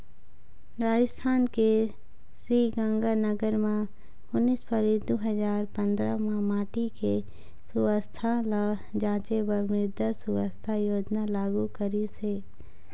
राजिस्थान के श्रीगंगानगर म उन्नीस फरवरी दू हजार पंदरा म माटी के सुवास्थ ल जांचे बर मृदा सुवास्थ योजना लागू करिस हे